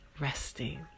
resting